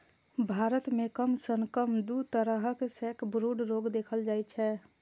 भारत मे कम सं कम दू तरहक सैकब्रूड रोग देखल जाइ छै